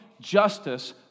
justice